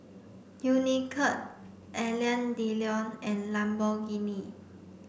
Unicurd Alain Delon and Lamborghini